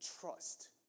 trust